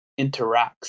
interacts